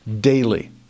daily